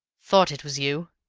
thought it was you,